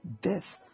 death